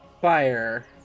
fire